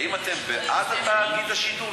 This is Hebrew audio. האם אתם בעד תאגיד השידור?